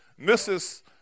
Mrs